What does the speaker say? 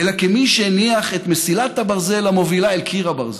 אלא כמי שהניח את מסילת הברזל המובילה אל קיר הברזל,